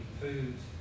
foods